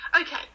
Okay